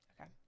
Okay